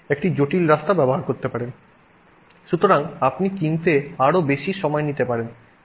সুতরাং আপনি কিনতে আরও বেশি সময় নিতে পারেন